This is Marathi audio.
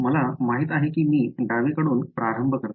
मला माहित आहे की मी डावीकडून प्रारंभ करतो